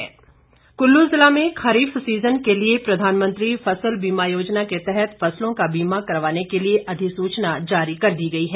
बीमा कुल्लू जिला में खरीफ सीजन के लिए प्रधानमंत्री फसल बीमा योजना के तहत फसलों का बीमा करवाने के लिए अधिसूचना जारी कर दी गई है